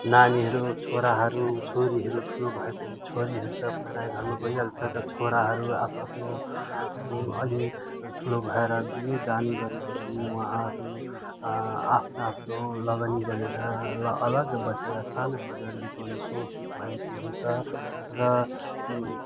नानीहरू छोराहरू छोरीहरू ठुलो भएपछि छोरीहरू त पराइ घरमा गइहाल्छ त छोराहरू आफ् आफ्नो अलि ठुलो भएर बिहेदान गरेपछि वहाँहरू आफ्नो आफ्नो लगनी गरेर अलग्गै बसेर सानो परिवार बिताउने सोच भएको हुन्छ र